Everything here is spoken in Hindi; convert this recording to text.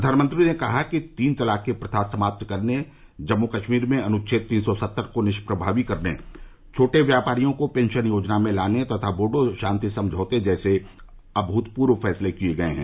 प्रधानमंत्री ने कहा कि तीन तलाक की प्रथा समाप्त करने जम्मू कश्मीर में अनुच्छेद तीन सौ सत्तर को निष्प्रभावी करने छोटे व्यापारियों को पेंशन योजना में लाने तथा बोडो शांति समझौते जैसे अभूतपूर्व फैसले किये गये हैं